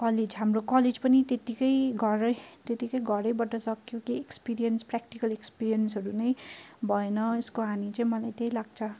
college हाम्रो college पनि त्यत्तिकै घरै त्यत्तिकै घरैबाट सकियो केही एक्सपिरिएन्स प्र्याक्टिकल एक्सपिरिएन्सहरू नै भएन यसको हानि चाहिँ मलाई त्यही लाग्छ